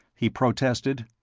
he protested.